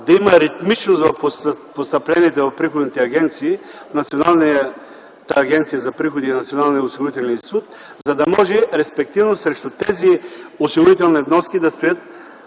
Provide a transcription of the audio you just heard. да има ритмичност в постъпленията в приходните агенции - Националната агенция за приходите и Националния осигурителен институт, за да може респективно срещу тези осигурителни вноски да стоят